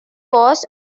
was